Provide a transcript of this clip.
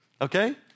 okay